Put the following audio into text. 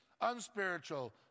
unspiritual